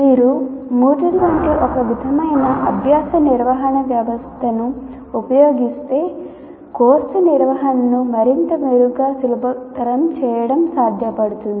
మీరు MOODLE వంటి ఒక విధమైన అభ్యాస నిర్వహణ వ్యవస్థను ఉపయోగిస్తే కోర్సు నిర్వహణను మరింత మెరుగ్గా సులభతరం చేయడం సాధ్యపడుతుంది